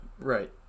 Right